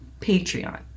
Patreon